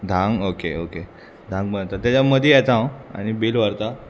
धांक okay okay धांक बंद जाता तेज्या मदीं येता हांव आनी बील व्हरता